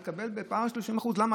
היא תקבל בפער של 30%. למה?